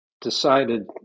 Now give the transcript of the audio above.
decided